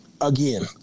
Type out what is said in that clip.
Again